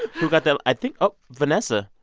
who got that? i think oh, vanessa.